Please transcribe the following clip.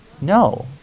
No